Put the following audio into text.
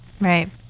right